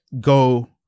go